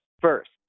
first